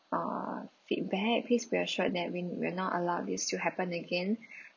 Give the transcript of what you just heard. uh feedback please be assured that we we're not allowed this to happen again